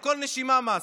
על כל נשימה מס.